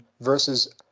versus